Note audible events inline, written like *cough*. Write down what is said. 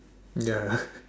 ya *laughs*